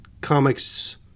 comics